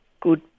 good